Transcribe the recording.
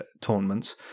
tournaments